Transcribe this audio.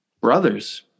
brothers